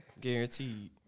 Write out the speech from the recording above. guaranteed